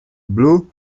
blew